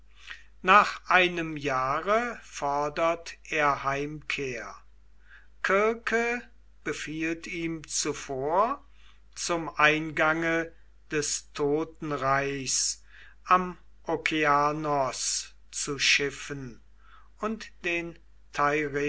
nach einem jahre fordert er heimkehr kirke befiehlt ihm zuvor zum eingange des totenreichs am okeanos zu schiffen und den